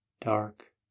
dark